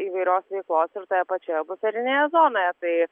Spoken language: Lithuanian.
įvairios veiklos ir toje pačioje buferinėje zonoje tai